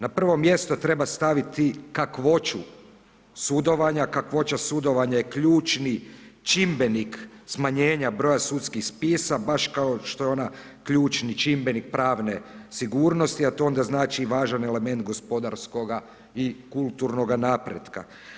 Na prvo mjesto treba staviti kakvoću sudovanja, kakvoća sudovanja je ključni čimbenik smanjenja broja sudskih spisa, baš kao što je ona ključni čimbenik pravne sigurnosti, a to onda znači i važan element gospodarskog i kulturnog napretka.